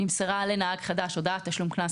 נמסרה לנהג חדש הודעת תשלום קנס,